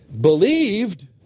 believed